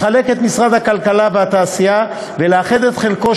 לחלק את משרד הכלכלה והתעשייה ולאחד את חלקו